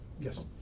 Yes